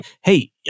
hey